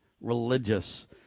religious